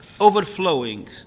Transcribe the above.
overflowing